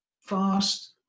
fast